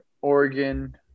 Oregon –